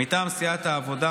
מטעם סיעת העבודה,